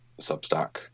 Substack